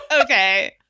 Okay